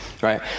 right